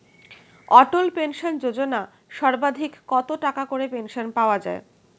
অটল pension Yojana সর্বাধিক কত টাকা করে পেনশন পাওয়া যায়?